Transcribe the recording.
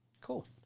Cool